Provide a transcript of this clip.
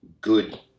good